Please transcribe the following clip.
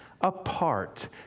apart